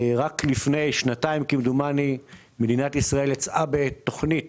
רק לפני שנתיים כמדומני משרד החקלאות יצא בתוכנית